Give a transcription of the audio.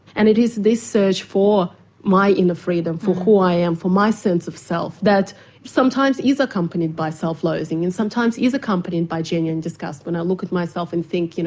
and it is this search for my inner freedom, for who i am, for my sense of self that sometimes is accompanied by self-loathing and sometimes is accompanied by genuine disgust when i look at myself and think, you know